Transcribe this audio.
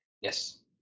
yes